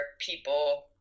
people